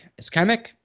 ischemic